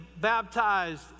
baptized